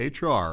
HR